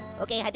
okay,